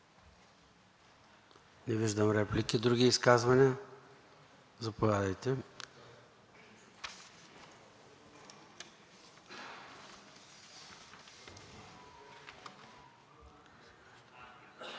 Не виждам. Други изказвания? Заповядайте.